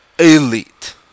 elite